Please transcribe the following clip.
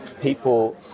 people